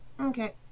Okay